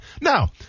Now